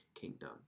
kingdom